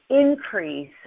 increase